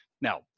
Now